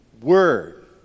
Word